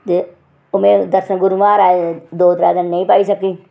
ते में दर्शन गुरू माह्ऱाज दो त्रै दिन नेईं पाई सकी